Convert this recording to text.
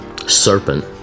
serpent